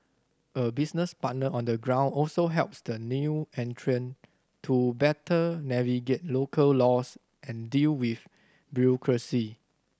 a business partner on the ground also helps the new entrant to better navigate local laws and deal with bureaucracy